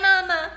mama